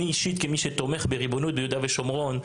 אני אישית כמי שתומך בריבונות ביהודה ושומרון,